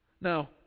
Now